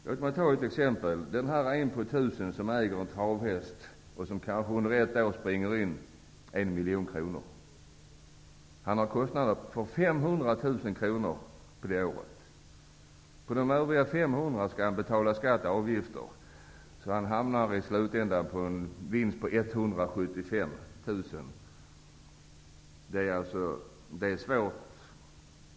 Jag skall ge ett exempel. Denna person som är en på tusen som äger en travhäst som under ett år kanske springer in 1 miljon kronor har kostnader på 500 000 kr under det året. På de övriga 500 000 skall han betala skatt och avgifter. Han hamnar i slutänden på en vinst på 175 000 kr.